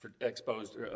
exposed